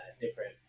different